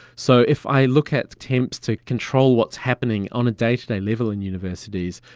so if i look at attempts to control what's happening on a day-to-day level in universities,